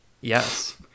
Yes